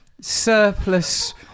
surplus